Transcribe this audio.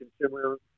consumer